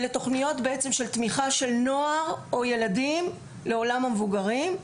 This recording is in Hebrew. אלו תוכניות תמיכה של נוער או ילדים בעולם המבוגרים.